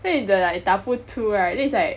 then if the like 打不出 right then it's like